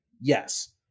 Yes